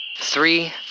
Three